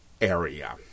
area